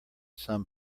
some